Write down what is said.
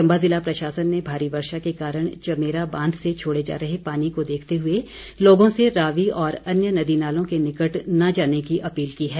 चम्बा ज़िला प्रशासन ने भारी वर्षा के कारण चमेरा बांघ से छोड़े जा रहे पानी को देखते हुए लोगों से रावी और अन्य नदी नालों के निकट न जाने की अपील की है